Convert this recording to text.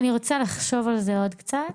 אני רוצה לחשוב על זה עוד קצת.